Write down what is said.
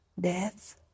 death